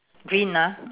green ah